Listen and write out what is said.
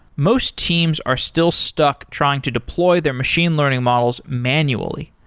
most teams are still stuck trying to deploy their machine learning models manually.